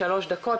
שלוש דקות,